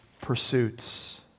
pursuits